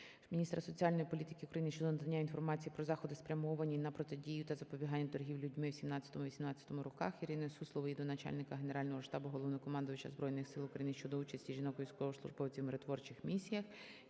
міністра соціальної політики України щодо надання інформації про заходи, спрямовані на протидію та запобігання торгівлі людьми у 2017-2018 роках. ІриниСуслової до начальника Генерального штабу - Головнокомандувача Збройних Сил України щодо участі жінок-військовослужбовців у миротворчих місіях.